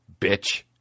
bitch